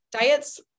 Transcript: diets